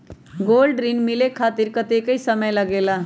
Gold ऋण मिले खातीर कतेइक समय लगेला?